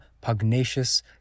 pugnacious